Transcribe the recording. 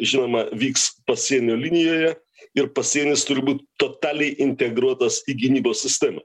žinoma vyks pasienio linijoje ir pasienis turi būt totaliai integruotas į gynybos sistemą